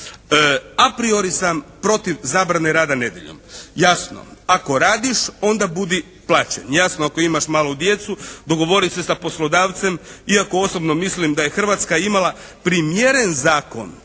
Apriori sam protiv zabrane rada nedjeljom. Jasno ako radiš onda budi plaćen. Jasno ako imaš malu djecu dogovori se sa poslodavcem iako osobno mislim da je Hrvatska imala primjeren zakon